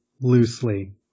loosely